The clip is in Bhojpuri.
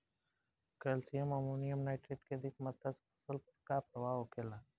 कैल्शियम अमोनियम नाइट्रेट के अधिक मात्रा से फसल पर का प्रभाव होखेला?